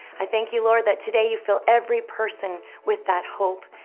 i thank you, lord, that today you fill every person with that hope.